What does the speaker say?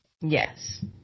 Yes